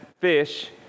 Fish